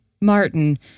martin